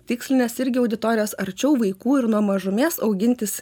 tikslinės irgi auditorijos arčiau vaikų ir nuo mažumės augintis